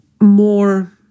more